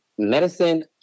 Medicine